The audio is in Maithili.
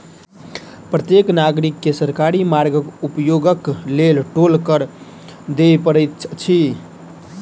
प्रत्येक नागरिक के सरकारी मार्गक उपयोगक लेल टोल कर दिअ पड़ैत अछि